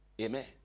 Amen